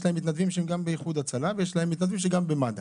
יש להם מתנדבים שהם גם באיחוד הצלה ויש להם מתנדבים שגם במד"א.